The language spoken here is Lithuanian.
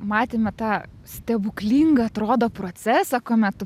matėme tą stebuklingą atrodo procesą kuomet tu